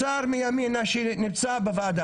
שר מימינה שנמצא בוועדה.